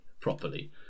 properly